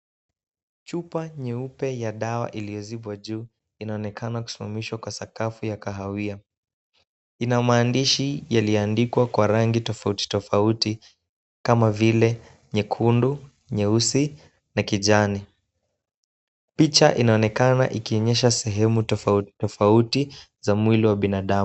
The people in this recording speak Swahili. Chupa nyeupe ya dawa iliyozibwa juu, inaonekana kusimamishwa kwa sakafu ya kahawia. Ina maandishi yaliyoandikwa kwa rangi tofauti tofauti kama vile nyekundu, nyeusi na kijani. Picha inaonekana ikionyesha sehemu tofauti tofauti za mwili ya binadamu.